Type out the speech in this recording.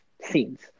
scenes